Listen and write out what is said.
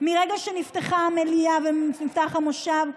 מרגע שנפתחה המליאה ונפתח המושב,